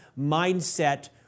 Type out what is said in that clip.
mindset